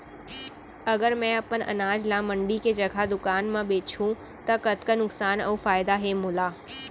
अगर मैं अपन अनाज ला मंडी के जगह दुकान म बेचहूँ त कतका नुकसान अऊ फायदा हे मोला?